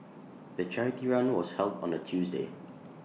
the charity run was held on A Tuesday